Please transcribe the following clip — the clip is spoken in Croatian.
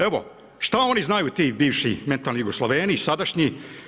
Evo šta oni znaju ti bivši mentalni Jugoslaveni i sadašnji?